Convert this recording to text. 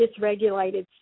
dysregulated